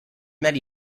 met